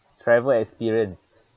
travel experience